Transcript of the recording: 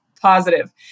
positive